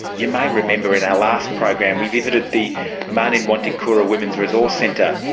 you may remember in our last program we visited the marninwarntikura women's resource centre.